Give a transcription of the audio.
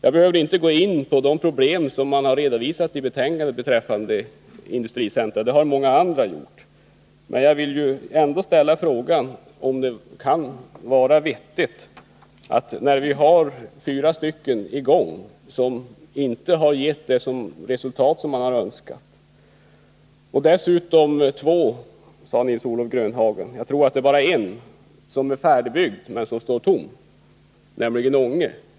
Jag behöver inte gå in på de problem som har redovisats i betänkandet beträffande industricentra — det har många andra gjort — men jag vill ändå ställa ett par frågor. Det finns fyra industricentra i gång som inte har givit det resultat man har önskat och enligt Nils-Olof Grönhagen ytterligare två som står tomma — jag tror dock att bara ett är färdigbyggt, nämligen det i Ånge.